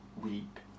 weep